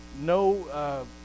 no